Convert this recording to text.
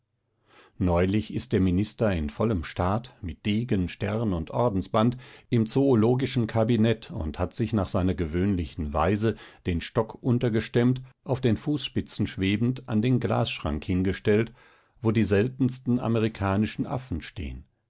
neulich ist der minister in vollem staat mit degen stern und ordensband im zoologischen kabinett und hat sich nach seiner gewöhnlichen weise den stock untergestemmt auf den fußspitzen schwebend an den glasschrank hingestellt wo die seltensten amerikanischen affen stehen